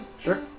Sure